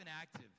active